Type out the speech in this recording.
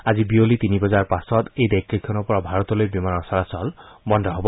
আজি বিয়লি তিনি বজাৰ পাছত এই দেশকেইখনৰ পৰা ভাৰতলৈ বিমানৰ চলাচল বন্ধ হব